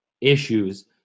issues